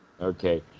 Okay